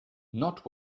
not